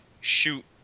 shoot